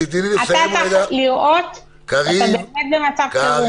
אתה צריך לראות שאתה באמת במצב חירום.